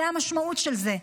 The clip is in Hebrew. זו המשמעות של זה,